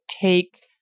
take